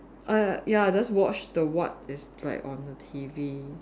err ya I just watch the what is right on the T_V